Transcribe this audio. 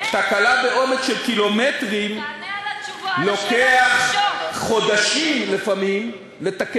תקלה בעומק של קילומטרים לוקח לפעמים חודשים לתקן.